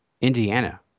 Indiana